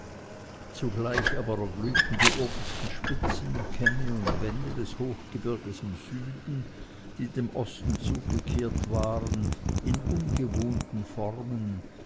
zugleich aber erglühten die obersten spitzen kämme und wände des hochgebirges im süden die dem osten zugekehrt waren in ungewohnten formen